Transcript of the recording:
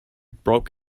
broke